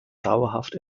dauerhaft